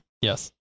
Yes